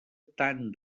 tant